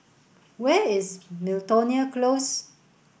where is Miltonia Close